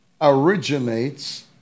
originates